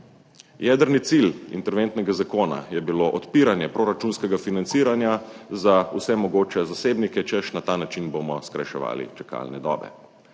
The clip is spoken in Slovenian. Jedrni cilj interventnega zakona je bilo odpiranje proračunskega financiranja za vse mogoče zasebnike, češ, na ta način bomo skrajševali čakalne dobe.